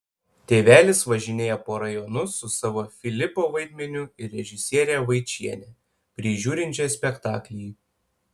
tėvelis važinėja po rajonus su savo filipo vaidmeniu ir režisiere vaičiene prižiūrinčia spektaklį